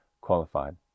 qualified